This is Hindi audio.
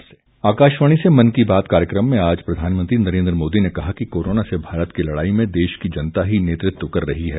मन की बात प्रधानमंत्री आकाशवाणी से मन की बात कार्यक्रम में आज प्रधानमंत्री नरेन्द्र मोदी ने कहा कि कोरोना से भारत की लड़ाई में देश की जनता ही नेतृत्व कर रही है